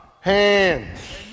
hands